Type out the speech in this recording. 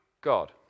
God